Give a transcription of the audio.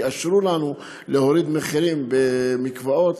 ויאשרו לנו להוריד מחירים במקוואות.